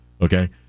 okay